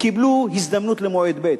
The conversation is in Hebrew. קיבלו הזדמנות למועד ב'.